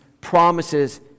promises